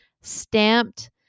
stamped